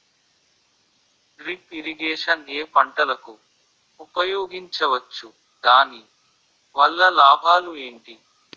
Drip irrigation ఏ పంటలకు ఉపయోగించవచ్చు? దాని వల్ల లాభాలు ఏంటి?